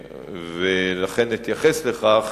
ולכן אתייחס לכך.